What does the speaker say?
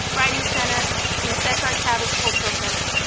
writing center and the cesar chavez cultural center.